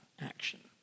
action